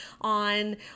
on